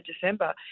December